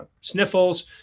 sniffles